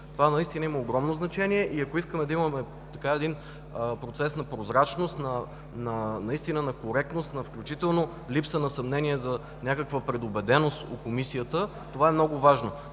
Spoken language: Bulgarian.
Това наистина има огромно значение и ако искаме да има процес на прозрачност, на коректност, включително и на липса на съмнения за някаква предубеденост у Комисията, това е много важно.